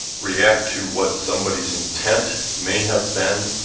react to what somebody's intent may have been,